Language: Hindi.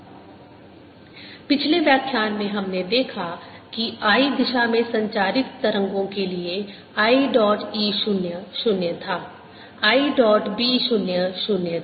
ErtE0sin kr ωtϕ BrtB0sin kr ωtϕ k2πn पिछले व्याख्यान में हमने देखा कि I दिशा में संचारित तरंगों के लिए I डॉट e 0 0 था I डॉट b 0 0 था